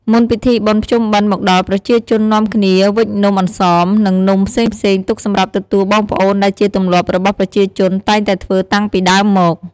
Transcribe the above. មុនពិធីបុណ្យភ្ជុំបិណ្ឌមកដល់ប្រជាជននាំគ្នាវិចនំអន្សម និងនំផ្សេងៗទុកសម្រាប់ទទួលបងប្អូនដែលជាទម្លាប់របស់ប្រជាជនតែងតែធ្វើតាំងពីដើមមក។